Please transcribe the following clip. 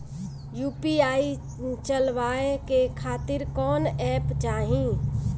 UPI चलवाए के खातिर कौन एप चाहीं?